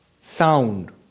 sound